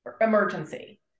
emergency